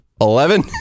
Eleven